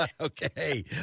Okay